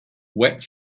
wet